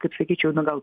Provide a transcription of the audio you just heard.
kaip sakyčiau nu gal